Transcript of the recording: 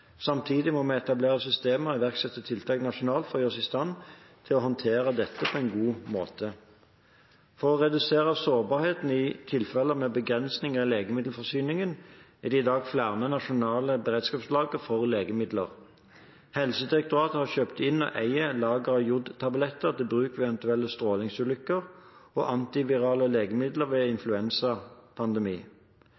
Samtidig må vi etablere systemer og iverksette tiltak nasjonalt for å gjøre oss i stand til å håndtere dette på en god måte. For å redusere sårbarheten i tilfeller med begrensninger i legemiddelforsyningen er det i dag flere nasjonale beredskapslagre for legemidler. Helsedirektoratet har kjøpt inn og eier lager av jodtabletter til bruk ved eventuelle strålingsulykker og antivirale legemidler ved